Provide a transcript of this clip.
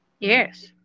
Yes